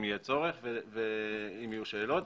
אם יהיה צורך ואם יהיו שאלות,